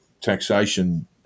taxation